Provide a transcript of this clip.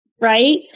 right